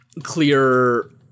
clear